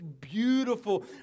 beautiful